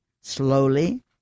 slowly